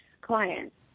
clients